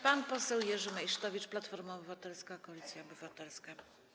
Pan poseł Jerzy Meysztowicz, Platforma Obywatelska - Koalicja Obywatelska.